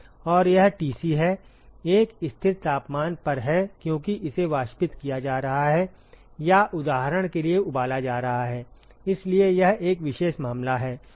और यह Tc है एक स्थिर तापमान पर है क्योंकि इसे वाष्पित किया जा रहा है या उदाहरण के लिए उबाला जा रहा है इसलिए यह एक विशेष मामला है